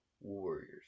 Warriors